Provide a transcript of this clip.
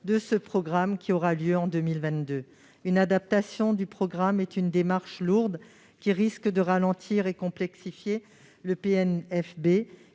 de ce programme, qui aura lieu en 2022. Une telle adaptation est une démarche lourde, qui risque de ralentir et de complexifier le PNFB.